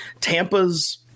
Tampa's